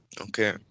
Okay